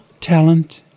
talent